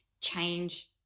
change